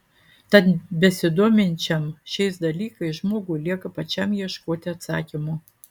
tad besidominčiam šiais dalykais žmogui lieka pačiam ieškoti atsakymų